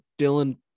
Dylan